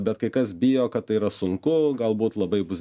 bet kai kas bijo kad tai yra sunku galbūt labai bus